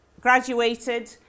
graduated